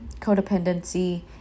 codependency